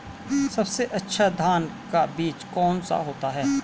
सबसे अच्छा धान का बीज कौन सा होता है?